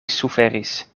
suferis